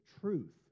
truth